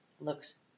looks